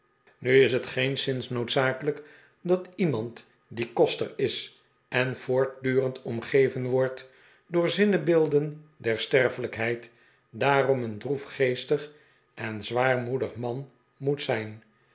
nu is het geenszins noodzakelijk dat iemand die koster is en voortdurend omgeven wordt door zinnebeelden der sterfelijkheid daarom een droefgeestig en zwaarmoedig man moet zijn